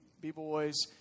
B-boys